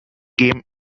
game